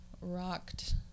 rocked